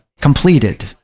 completed